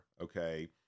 okay